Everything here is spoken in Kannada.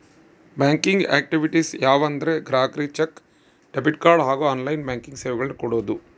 ಬ್ಯಾಂಕಿಂಗ್ ಆಕ್ಟಿವಿಟೀಸ್ ಯಾವ ಅಂದರೆ ಗ್ರಾಹಕರಿಗೆ ಚೆಕ್, ಡೆಬಿಟ್ ಕಾರ್ಡ್ ಹಾಗೂ ಆನ್ಲೈನ್ ಬ್ಯಾಂಕಿಂಗ್ ಸೇವೆಗಳನ್ನು ಕೊಡೋದು